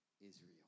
Israel